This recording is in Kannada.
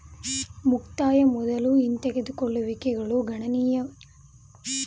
ಮುಕ್ತಾಯ ಮೊದ್ಲು ಹಿಂದೆಗೆದುಕೊಳ್ಳುವಿಕೆಗಳು ಸಾಮಾನ್ಯವಾಗಿ ಗಣನೀಯ ಪೆನಾಲ್ಟಿ ಒಳಪಟ್ಟಿವೆ